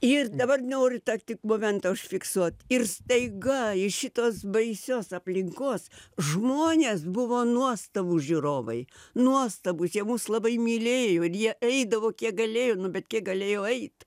ir dabar noriu tą tik momentą užfiksuot ir staiga iš šitos baisios aplinkos žmonės buvo nuostabūs žiūrovai nuostabūs jie mus labai mylėjo ir jie eidavo kiek galėjo nu bet kiek galėjo eit